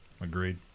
Agreed